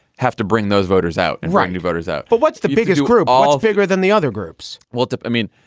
have to bring those voters out and write new voters out. but what's the biggest group all bigger than the other groups? well, i mean,